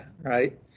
right